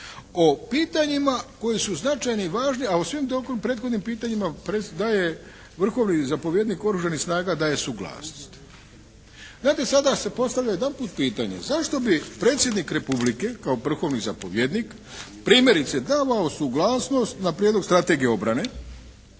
o pitanjima koji su značajni i važni a o svim prethodnim pitanjima daje Vrhovni zapovjednik Oružanih snaga daje suglasnost. Znate, sada se postavlja odjedanput pitanje zašto bi Predsjednik Republike kao Vrhovni zapovjednik primjerice davao suglasnost na prijedlog strategije obrane